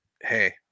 hey